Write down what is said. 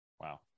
Wow